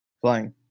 Flying